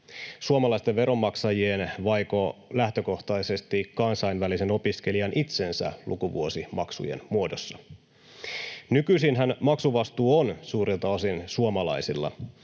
suomalaisten veronmaksajien vaiko lähtökohtaisesti kansainvälisen opiskelijan itsensä lukuvuosimaksujen muodossa? Nykyisinhän maksuvastuu on suurelta osin suomalaisilla.